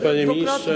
Panie Ministrze!